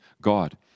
God